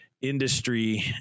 industry